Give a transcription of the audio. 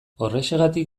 horrexegatik